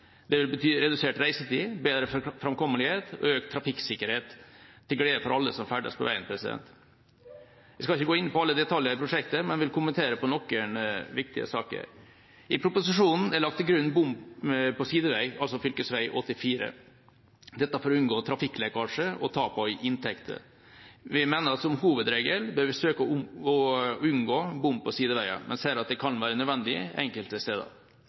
Det vil bety redusert reisetid, bedre framkommelighet og økt trafikksikkerhet – til glede for alle som ferdes på veien. Jeg skal ikke gå inn på alle detaljer i prosjektet, men vil kommentere noen viktige saker. I proposisjonen er det lagt til grunn bom på sidevei, altså fv. 84. Det er for å unngå trafikklekkasje og tap av inntekter. Vi mener som hovedregel at man bør søke å unngå bom på sideveier, men ser at det kan være nødvendig enkelte steder.